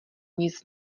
nic